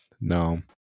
no